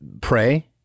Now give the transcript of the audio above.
pray